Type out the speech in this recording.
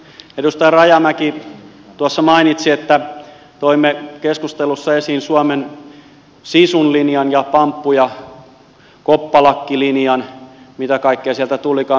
edustaja rajamäki mainitsi että toimme keskustelussa esiin suomen sisun linjan ja pamppu ja koppalakkilinjan mitä kaikkea sieltä tulikaan